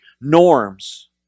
norms